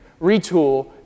retool